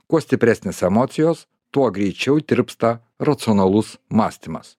kuo stipresnės emocijos tuo greičiau tirpsta racionalus mąstymas